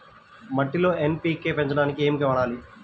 మట్టిలో ఎన్.పీ.కే పెంచడానికి ఏమి వాడాలి?